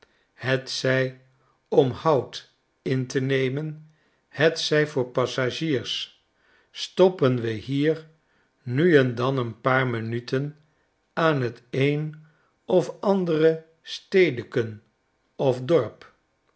hetzij om hout in te nemen hetzij voor passagiers stoppen we hier nu en dan een paar minuten aan t een of andere stedeken of dorp